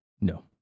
No